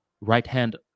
right-hand